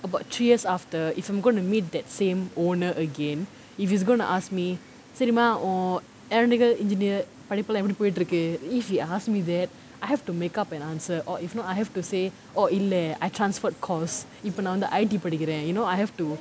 about three years after if I'm gonna meet that same owner again if he's gonna ask me சரிமா உன்:sarimaa un aeronautical engineer படிப்பெல்லாம் எப்டி போயிட்டு இருக்கு:padipaellaam epdi poyittu irukku if he ask me that I have to make up an answer or if not I have to say orh இல்ல:illa I transport course இப்போ நான் வந்து:ippo naan vanthu I_T படிக்குறேன்:padikkuraen you know I have to